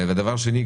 דבר שני,